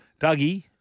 Dougie